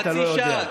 אם אתה לא יודע.